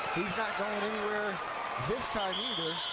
he's not going anywhere this time either.